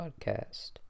podcast